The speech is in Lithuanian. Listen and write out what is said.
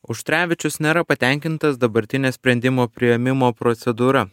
uštrevičius nėra patenkintas dabartine sprendimo priėmimo procedūra